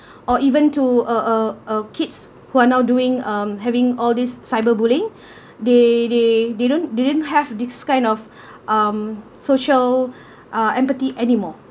or even to uh uh uh kids who are now doing um having all these cyber-bullying they they don't they didn't have this kind of um social uh empathy anymore